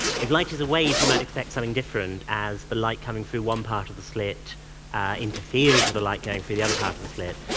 if light is a wave, you might expect something different as the light coming through one part of the slit interferes with the light going through the other part of the slit.